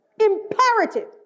imperative